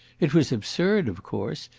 it was absurd, of course,